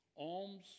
Alms